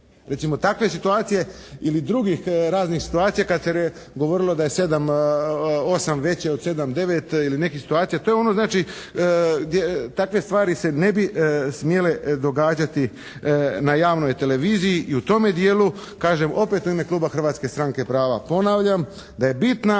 Recimo takve situacije ili drugih raznih situacija kada se govorilo da je sedam osam veće od sedam devet ili nekih situacija. To je ono znači takve stvari se ne bi smjele događati na javnoj televiziji i u tome dijelu kažem opet u ime Kluba Hrvatske stranke prava ponavljam da je bitna